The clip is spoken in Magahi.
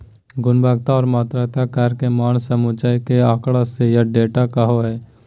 गुणात्मक और मात्रात्मक कर के मान के समुच्चय के आँकड़ा या डेटा कहो हइ